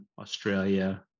Australia